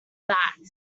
mats